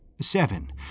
Seven